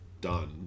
done